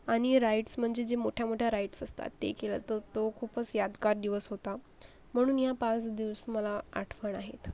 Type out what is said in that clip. आणि राईड्स म्हणजे जे मोठ्यामोठ्या राइड्स असतात ते केलं तर तो खूपच यादगार दिवस होता म्हणून या पाच दिवस मला आठवण आहेत